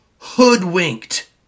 hoodwinked